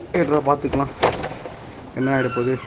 விடுரா பார்த்துக்கலாம் என்னாகிடப்போது